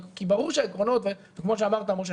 כמו שאמר משה,